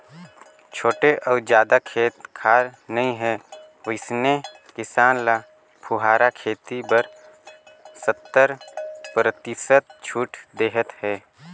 छोटे अउ जादा खेत खार नइ हे वइसने किसान ल फुहारा खेती बर सत्तर परतिसत छूट देहत हे